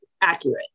accurate